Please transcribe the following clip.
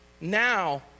Now